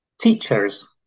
Teachers